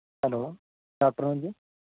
hello good afternoon ਜੀ